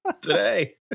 today